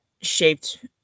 shaped